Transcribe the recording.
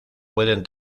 pueden